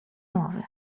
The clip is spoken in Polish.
mowy